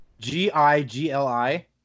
G-I-G-L-I